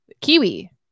Kiwi